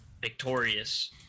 victorious